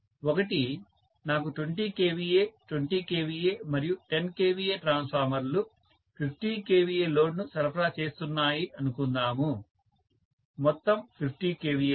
ఒకటి నాకు 20 kVA 20 kVA మరియు 10 kVA ట్రాన్స్ఫార్మర్లు 50 kVA లోడ్ ను సరఫరా చేస్తున్నాయి అనుకుందాము మొత్తం 50 kVA లోడ్